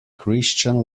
christian